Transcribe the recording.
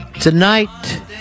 Tonight